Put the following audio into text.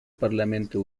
parlamento